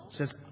says